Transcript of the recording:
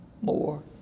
more